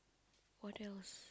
what else